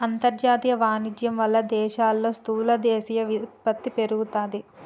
అంతర్జాతీయ వాణిజ్యం వాళ్ళ దేశాల్లో స్థూల దేశీయ ఉత్పత్తి పెరుగుతాది